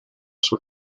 sua